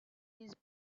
his